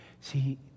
See